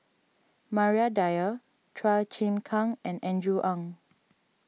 Maria Dyer Chua Chim Kang and Andrew Ang